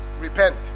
repent